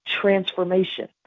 transformation